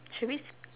should we